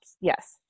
Yes